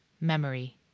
memory